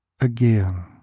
again